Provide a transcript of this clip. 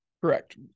Correct